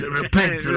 repent